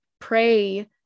pray